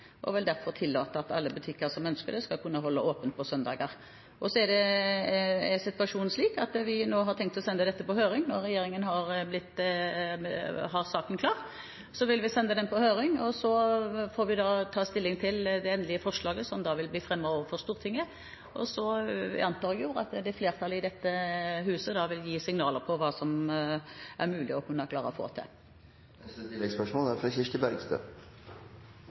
og vil derfor tillate at alle butikker som ønsker det, skal kunne holde åpent på søndager. Så er situasjonen slik at vi nå har tenkt å sende dette på høring. Når regjeringen har saken klar, vil vi sende den på høring, og så får vi ta stilling til det endelige forslaget som vil bli fremmet overfor Stortinget. Jeg antar at flertallet i dette huset da vil gi signaler på hva som er mulig å få til. Kirsti Bergstø – til oppfølgingsspørsmål. SV er